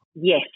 Yes